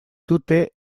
dute